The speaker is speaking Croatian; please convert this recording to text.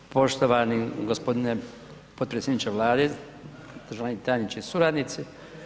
Poštovani gospodine potpredsjedniče Vlade, državni tajniče, suradnici.